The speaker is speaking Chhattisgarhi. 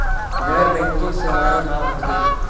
गैर बैंकिंग सेवाएं का होथे?